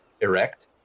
erect